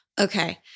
Okay